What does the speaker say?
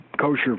kosher